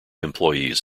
employees